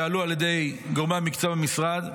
שהועלו על ידי גורמי המקצוע במשרד,